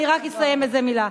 אני רק אסיים איזו מלה.